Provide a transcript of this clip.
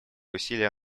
усилия